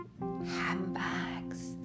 handbags